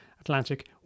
Atlantic